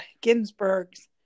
Ginsburg's